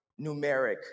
numeric